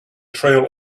trail